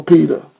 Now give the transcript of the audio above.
Peter